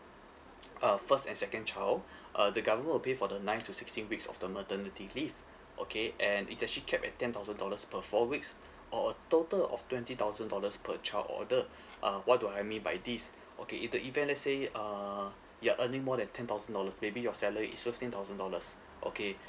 uh first and second child uh the government will pay for the ninth to sixteenth weeks of the maternity leave okay and it's actually kept at ten thousand dollars per four weeks or a total of twenty thousand dollars per child order uh what do I mean by this okay in the event let's say uh you're earning more than ten thousand dollars maybe your salary is fifteen thousand dollars okay